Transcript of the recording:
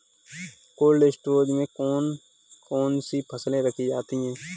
Cold storage में कौन कौन सी फसलें रखी जाती हैं?